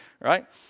right